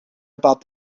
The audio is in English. about